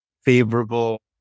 favorable